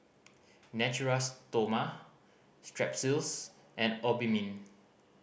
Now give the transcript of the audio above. Natura Stoma Strepsils and Obimin